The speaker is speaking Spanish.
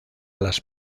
las